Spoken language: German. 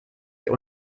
hier